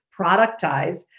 productize